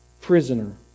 prisoner